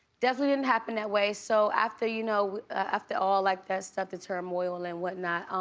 definitely didn't happen that way, so after, you know after all like that stuff the turmoil, and what not,